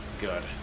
good